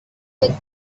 with